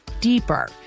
deeper